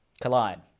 collide